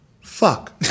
Fuck